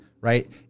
Right